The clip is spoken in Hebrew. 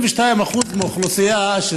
32% מהאוכלוסייה,